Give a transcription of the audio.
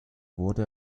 wurde